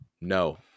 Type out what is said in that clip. no